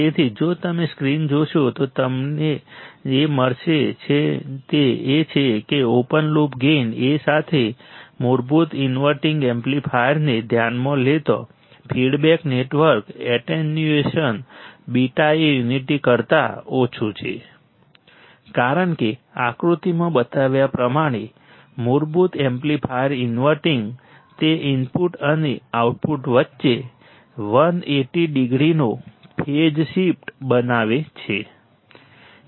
તેથી જો તમે સ્ક્રીન જોશો તો અમને જે મળે છે તે એ છે કે ઓપન લૂપ ગેઇન A સાથે મૂળભૂત ઇન્વર્ટિંગ એમ્પ્લીફાયરને ધ્યાનમાં લેતાં ફીડબેક નેટવર્ક એટેન્યુએશન β એ યુનિટી કરતાં ઓછું છે કારણ કે આકૃતિમાં બતાવ્યા પ્રમાણે મૂળભૂત એમ્પ્લીફાયર ઇનવર્ટિંગ તે ઇનપુટ અને આઉટપુટ વચ્ચે 180 ડિગ્રીનો ફેઝ શિફ્ટ બનાવે છે